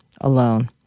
alone